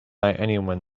anyone